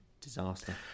Disaster